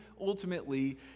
ultimately